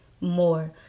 more